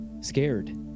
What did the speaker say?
scared